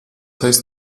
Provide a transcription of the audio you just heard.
heißt